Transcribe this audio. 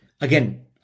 again